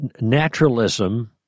naturalism—